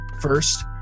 first